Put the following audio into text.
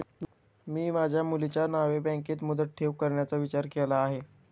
मी माझ्या मुलीच्या नावे बँकेत मुदत ठेव करण्याचा विचार केला आहे